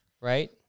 Right